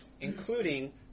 including